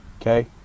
Okay